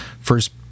first